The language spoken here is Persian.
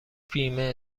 بیمه